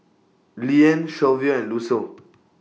Leanne Shelvia and Lucille